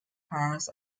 cars